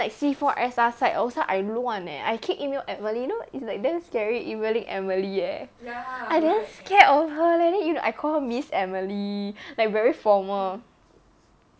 even like C four S R side also I 乱 leh I keep email emily you know it's like damn scary emailing emily eh I damn scared of her leh then you know I call miss emily like very formal